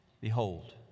behold